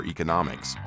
Economics